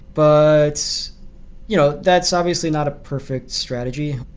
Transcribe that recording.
but that's you know that's obviously not a perfect strategy,